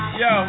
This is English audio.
yo